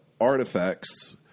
artifacts